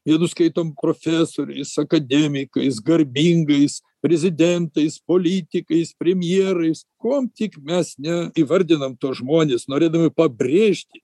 vienus skaitom profesoriais akademikais garbingais prezidentais politikais premjerais kuom tik mes ne įvardinam tuos žmones norėdami pabrėžti